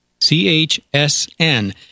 C-H-S-N